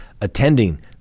attending